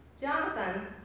Jonathan